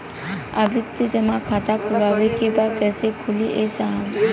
आवर्ती जमा खाता खोलवावे के बा कईसे खुली ए साहब?